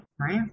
Right